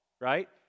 right